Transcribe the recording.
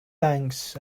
thanks